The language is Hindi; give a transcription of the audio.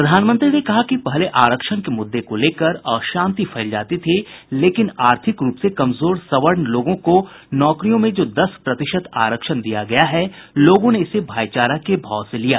प्रधानमंत्री ने कहा कि पहले आरक्षण के मुद्दे को लेकर अशांति फैल जाती थी लेकिन आर्थिक रूप से कमजोर सवर्ण लोगों को नौकरियों में जो दस प्रतिशत आरक्षण दिया गया है लोगों ने इसे भाईचारा के भाव से लिया